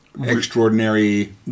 extraordinary